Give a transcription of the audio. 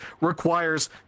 requires